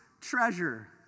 treasure